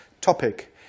topic